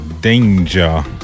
danger